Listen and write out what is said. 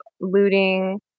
looting